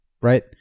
right